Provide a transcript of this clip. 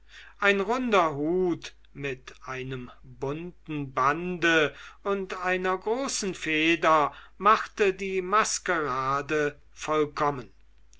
ein runder hut mit einem bunten bande und einer großen feder machte die maskerade vollkommen